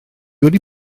wedi